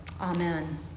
Amen